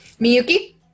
Miyuki